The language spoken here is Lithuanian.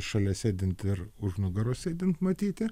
šalia sėdint ir už nugaros sėdint matyti